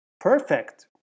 Perfect